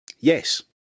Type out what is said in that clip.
Yes